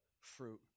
fruit